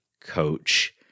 coach